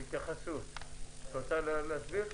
רוצה להסביר?